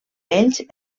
ells